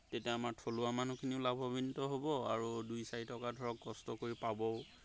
তেতিয়া আমাৰ থলুৱা মানুহখিনিও লাভৱান্বিত হ'ব আৰু দুই চাৰি টকা ধৰক কষ্ট কৰি পাবও